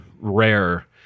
rare